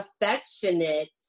affectionate